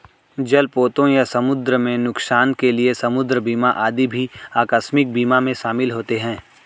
जलपोतों या समुद्र में नुकसान के लिए समुद्र बीमा आदि भी आकस्मिक बीमा में शामिल होते हैं